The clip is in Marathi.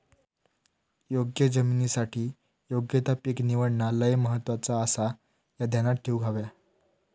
योग्य जमिनीसाठी योग्य ता पीक निवडणा लय महत्वाचा आसाह्या ध्यानात ठेवूक हव्या